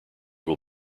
will